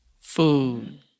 Food